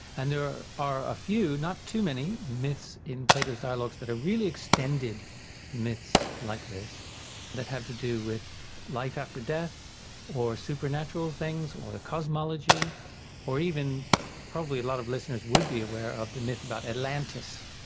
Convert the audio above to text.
and there are a few, not too many, myths in plato's dialogues that are really extended myths like this that have to do with life after death or supernatural things or cosmology or even probably a lot of listeners would be aware of the myth about atlantis,